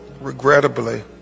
regrettably